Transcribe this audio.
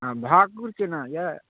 आओर भाकुर केना यऽ